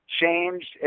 changed